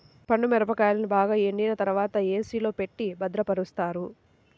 పండు మిరపకాయలను బాగా ఎండిన తర్వాత ఏ.సీ లో పెట్టి భద్రపరుస్తారు